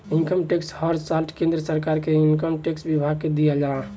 income tax हर साल केंद्र सरकार के इनकम टैक्स विभाग के दियाला